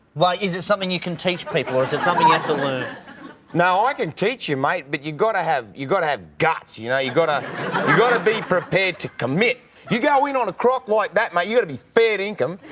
why is it something you can teach people is it something yet to learn now i can teach you mate but you gotta have you gotta have guts you you know you gotta you got to be prepared to commit you go in on a croc like that mate you to be fair dinkum